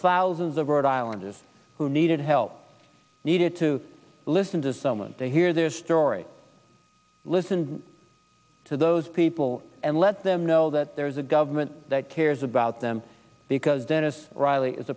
thousands of rhode island is who needed help needed to listen to someone to hear their stories listen to those people and let them know that there is a government that cares about them because dennis